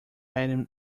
item